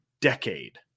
decade